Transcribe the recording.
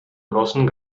großen